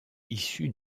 issus